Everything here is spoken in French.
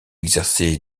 exercé